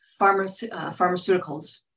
pharmaceuticals